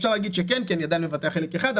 אפשר להגיד שכן כי אני עדיין מבטח חלק אחד,